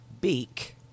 beak